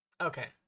Okay